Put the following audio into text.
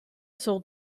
sold